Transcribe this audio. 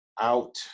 out